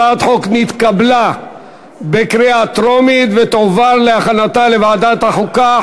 הצעת החוק נתקבלה בקריאה טרומית ותועבר להכנתה לוועדת החוקה,